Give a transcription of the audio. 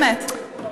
אני מסיימת.